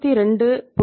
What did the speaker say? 9 ஆகும்